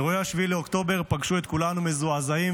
אירועי 7 באוקטובר פגשו את כולנו מזועזעים